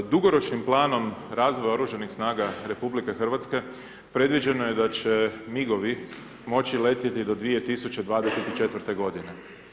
Dugoročnim planom razvoja Oružanih snaga RH predviđeno je da će migovi moći letjeti do 2024. godine.